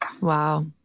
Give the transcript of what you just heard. Wow